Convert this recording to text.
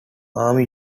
army